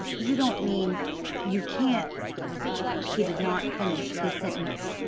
you don't mean you can't he did not finish his sentence.